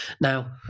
Now